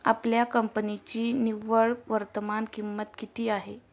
आपल्या कंपन्यांची निव्वळ वर्तमान किंमत किती आहे?